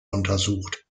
untersucht